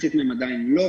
מחצית מהן עדיין לא.